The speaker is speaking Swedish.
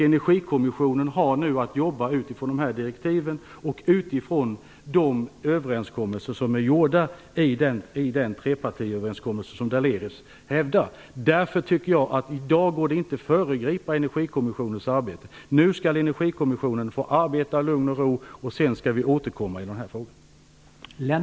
Energikommissionen har nu att jobba utifrån de här direktiven och de överenskommelser som är gjorda i den trepartiöverenskommelse som Daléus hänvisar till. Därför går det inte att i dag föregripa Energikommissionen få arbeta i lugn och ro, och sedan skall vi återkomma i den här frågan.